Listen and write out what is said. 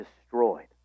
destroyed